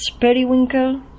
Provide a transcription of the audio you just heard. Periwinkle